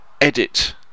edit